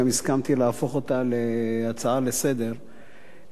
גם הסכמתי להפוך אותה להצעה לסדר-היום,